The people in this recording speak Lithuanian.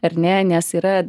ar ne nes yra